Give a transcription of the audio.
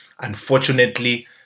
Unfortunately